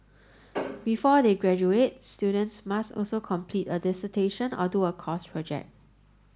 before they graduate students must also complete a dissertation or do a course project